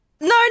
No